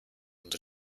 und